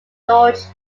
george